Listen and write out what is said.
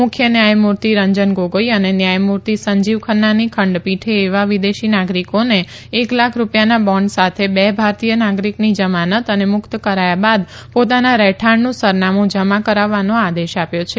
મુખ્ય ન્યાયમૂર્તિ રંજન ગોગોઈ અને ન્યાયમૂર્તિ સંજીવ ખન્નાની ખંડપીઠે એવા વિદેશી નાગરિકોને એક લાખ રૂપિયાના બોન્ડ સાથે બે ભારતીય નાગરિકની જમાનત અને મુક્ત કરાયા બાદ પોતાના રહેઠાંણનું સરનામું જમા કરાવવાનો આદેશ આપ્યો છે